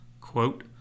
Quote